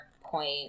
point